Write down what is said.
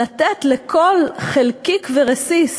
לתת לכל חלקיק ורסיס